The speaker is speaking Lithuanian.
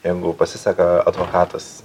jeigu pasiseka advokatas